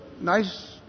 nice